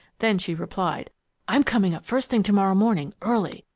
then she replied i'm coming up first thing to-morrow morning early!